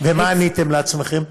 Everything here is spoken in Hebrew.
ומה עניתם לעצמכם?